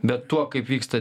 bet tuo kaip vyksta